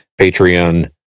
Patreon